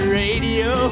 radio